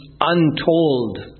untold